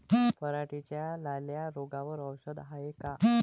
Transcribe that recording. पराटीच्या लाल्या रोगावर औषध हाये का?